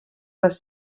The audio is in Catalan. les